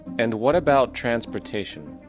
and what about transportation?